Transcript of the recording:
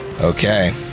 Okay